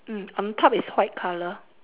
mm on top is white colour